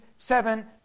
seven